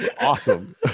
Awesome